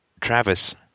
Travis